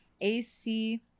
A-C